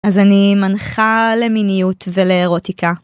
אז אני מנחה למיניות ולארוטיקה.